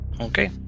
Okay